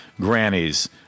Grannies